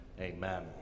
Amen